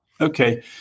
Okay